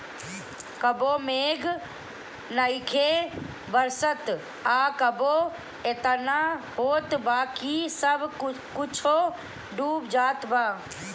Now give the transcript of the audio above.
कबो मेघ नइखे बरसत आ कबो एतना होत बा कि सब कुछो डूब जात बा